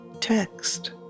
text